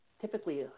typically